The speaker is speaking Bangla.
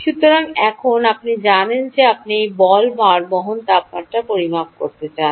সুতরাং এখন আপনি জানেন যে আপনি এই বল ভারবহন তাপমাত্রা পরিমাপ করতে চান